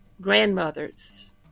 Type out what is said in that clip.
grandmother's